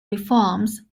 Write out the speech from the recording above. reforms